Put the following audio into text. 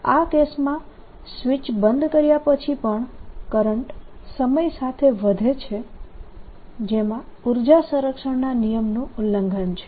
આ કેસમાં સ્વીચ બંધ કર્યા પછી પણ કરંટ સમય સાથે વધે છે જેમાં ઉર્જા સંરક્ષણના નિયમનું ઉલ્લંઘન છે